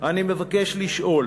אני מבקש לשאול: